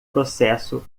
processo